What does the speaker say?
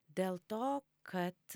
dėl to kad